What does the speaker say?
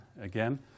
again